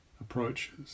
approaches